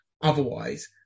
otherwise